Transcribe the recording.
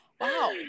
Wow